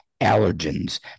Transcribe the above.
allergens